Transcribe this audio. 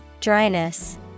dryness